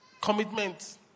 commitments